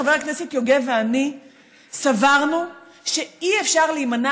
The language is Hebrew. חבר הכנסת יוגב ואני סברנו שאי-אפשר להימנע